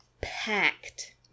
packed